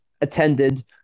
attended